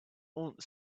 aunt